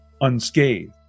unscathed